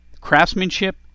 craftsmanship